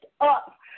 up